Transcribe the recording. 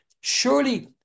surely